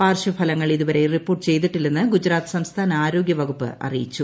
പാർശ്വഫില്ങ്ങൾ ഇതുവരെ റിപ്പോർട്ട് ചെയ്തിട്ടില്ലെന്ന് ഗുജറാത്ത് സംസ്കാൻപ്പ്ആരോഗ്യ വകുപ്പ് അറിയിച്ചു